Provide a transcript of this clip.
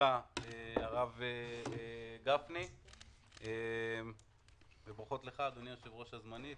במהרה הרב גפני, וברכות לך אדוני היושב-ראש הזמני.